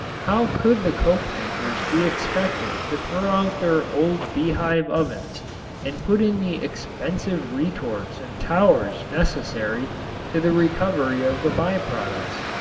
how could the coke-makers be expected to throw out their old bee-hive ovens and put in the expensive retorts and towers necessary to the recovery of the by-products?